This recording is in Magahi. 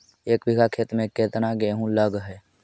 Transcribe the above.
एक बिघा खेत में केतना गेहूं लग है?